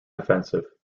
offensive